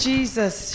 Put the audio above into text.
Jesus